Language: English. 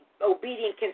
obedient